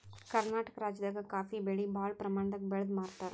ಕರ್ನಾಟಕ್ ರಾಜ್ಯದಾಗ ಕಾಫೀ ಬೆಳಿ ಭಾಳ್ ಪ್ರಮಾಣದಾಗ್ ಬೆಳ್ದ್ ಮಾರ್ತಾರ್